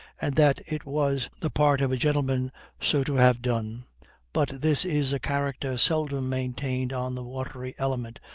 and that it was the part of a gentleman so to have done but this is a character seldom maintained on the watery element,